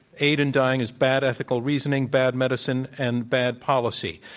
aid in dying, is bad ethical reasoning, bad medicine and bad policy.